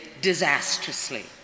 disastrously